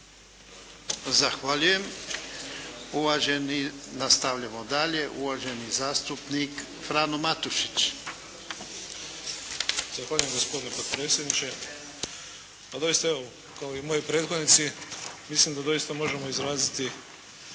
Zahvaljujem. Nastavljamo dalje. Uvaženi zastupnik Frano Matušić. **Matušić, Frano (HDZ)** Zahvaljujem gospodine potpredsjedniče. Pa doista evo kao i moji prethodnici mislim da doista možemo izraziti